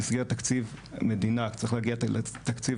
במסגרת תקציב מדינה צריך להגיע תקציב